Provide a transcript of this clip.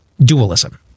dualism